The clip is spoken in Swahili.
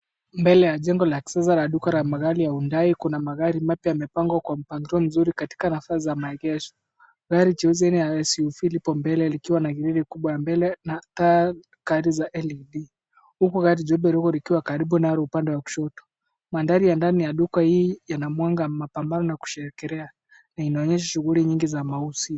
Mbele ya jengo la kisasa la duka la magari ya Hyundai. Kuna magari mapya yamepangwa kwa mpangilio mzuri katika nafasi za maegesho. Gari jeusi aina ya SUV lipo mbele likiwa na grili kubwa ya mbele na taa za gari za LED . Huku gari jeupe dogo likiwa karibu nalo upande wa kushoto. Mandhari ya ndani ya duka hii yana mwanga mapambano na kushekera na inaonyesha shughuli nyingi za mauzi.